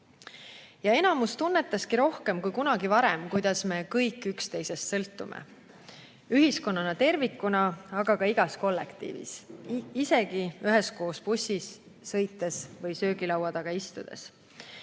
Enamus tunnetas rohkem kui kunagi varem, kuidas me kõik üksteisest sõltume ühiskonnana tervikuna, aga ka igas kollektiivis, isegi üheskoos bussis sõites või söögilaua taga istudes.